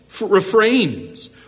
refrains